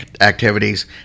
activities